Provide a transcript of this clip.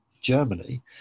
germany